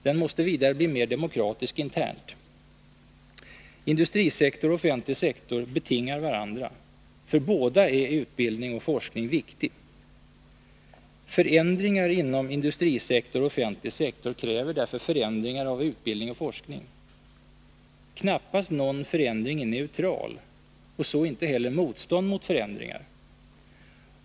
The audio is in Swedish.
Den måste vidare bli mera demokratisk internt. Industrisektor och offentlig sektor betingar varandra. För båda är utbildning och forskning viktiga. Förändring inom industrisektor och offentlig sektor kräver därför förändring av utbildning och forskning. Knappast någon förändring är neutral, så inte heller motstånd mot förändringar.